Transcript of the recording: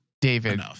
David